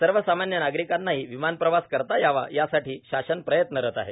सर्वसामान्य नागरिकांनाही विमान प्रवास करता यावा यासाठी शासन प्रयत्नरत आहे